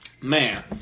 Man